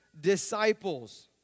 disciples